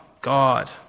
God